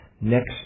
next